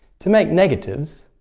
to make negatives,